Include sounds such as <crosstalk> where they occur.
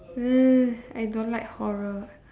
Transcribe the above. <noise> I don't like horror